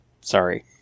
Sorry